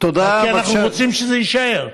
כי אנחנו רוצים שזה יישאר.